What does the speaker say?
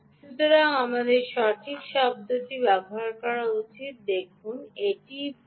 সুতরাং আমার সঠিক শব্দটি ব্যবহার করা উচিত দেখুন এটিই ভুল